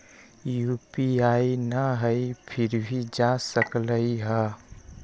UPI न हई फिर भी जा सकलई ह?